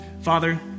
Father